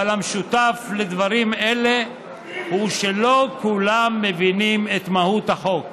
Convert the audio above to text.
אבל המשותף לדברים אלה הוא שלא כולם מבינים את מהות החוק.